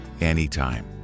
anytime